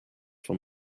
vom